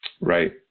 Right